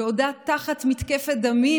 בעודה תחת מתקפת דמים,